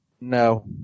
No